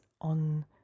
on